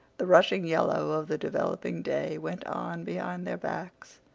the rushing yellow of the developing day went on behind their backs.